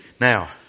Now